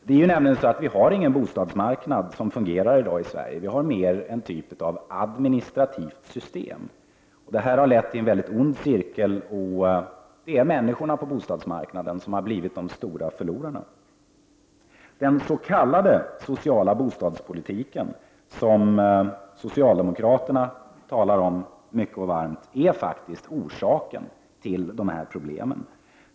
Vi har nämligen ingen fungerande bostadsmarknad i Sverige i dag. Vi har mer en typ av administrativt system. Detta har lett till att en ond cirkel bildats, och det är människorna på bostadsmarknaden som har blivit de stora förlorarna. Den s.k. sociala bostadspolitiken, som socialdemokraterna talar mycket och varmt om, är faktiskt orsaken till detta problem.